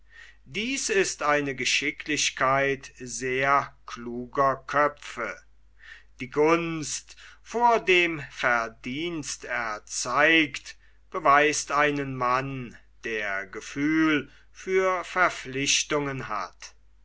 dies ist eine geschicklichkeit sehr kluger köpfe die gunst vor dem verdienst erzeigt beweist einen mann der gefühl für verpflichtungen hat